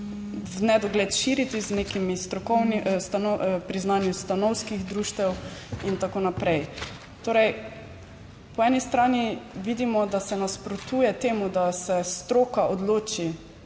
v nedogled širiti z nekimi priznanji stanovskih društev in tako naprej. Torej, po eni strani vidimo, da se nasprotuje temu, da se stroka odloči,